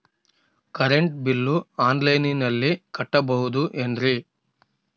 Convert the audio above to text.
Current bill ಆನ್ಲೈನಿನಲ್ಲಿ ಕಟ್ಟಬಹುದು ಏನ್ರಿ?